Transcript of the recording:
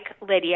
Lydia